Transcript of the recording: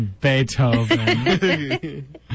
Beethoven